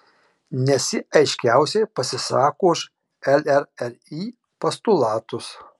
nes ji aiškiausiai pasisako už llri postulatus